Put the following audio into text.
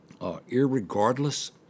irregardless